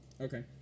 Okay